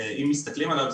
אם מסתכלים עליו,